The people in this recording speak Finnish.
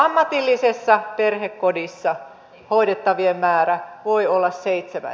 ammatillisessa perhekodissa hoidettavien määrä voi olla seitsemän